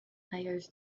hires